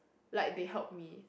like they helped me